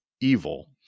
evil